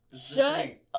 shut